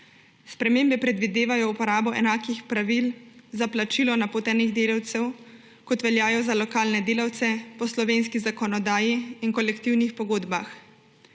Spremembe predvidevajo uporabo enakih pravil za plačilo napotenih delavcev, kot veljajo za lokalne delavce po slovenski zakonodaji in kolektivnih pogodbah.